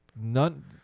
None